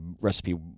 recipe